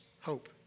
hope